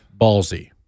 Ballsy